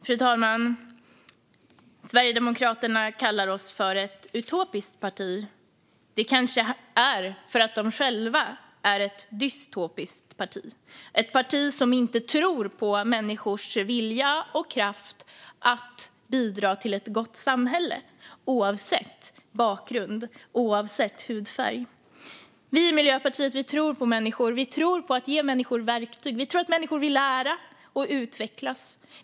Fru talman! Sverigedemokraterna kallar oss ett utopiskt parti. Det kanske är för att de själva är ett dystopiskt parti - ett parti som inte tror på människors vilja och kraft att bidra till ett gott samhälle, oavsett bakgrund och hudfärg. Vi i Miljöpartiet tror på människor. Vi tror på att ge människor verktyg. Vi tror att människor vill lära och utvecklas.